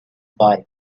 buy